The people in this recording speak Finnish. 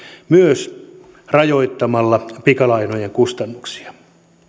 myös rajoittamalla pikalainojen kustannuksia